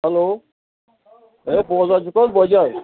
hello اے بوزان چھُکھ حظ بٲے جان